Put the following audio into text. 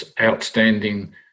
outstanding